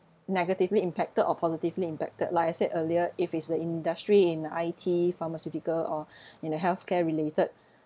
negatively impacted or positively impacted like I said earlier if it's the industry in I_T pharmaceutical or in a healthcare related